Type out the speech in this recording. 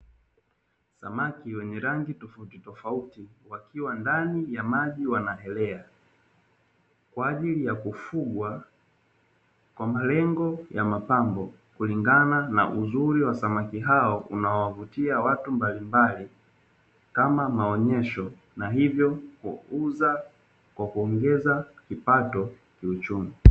Samaki wenye rangi tofautitofauti, wakiwa ndani ya maji wanaelea kwa ajili ya kufugwa kwa malengo ya mapambo kulingana na uzuri wa samaki hao unaowavutia watu mbalimbali, kama maonyesho na hivyo kukuza kwa kuongeza kipato kiuchumi.